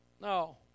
No